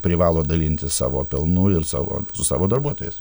privalo dalintis savo pelnu ir savo su savo darbuotojais